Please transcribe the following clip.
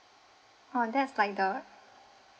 oh that's like the